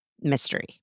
mystery